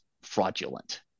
fraudulent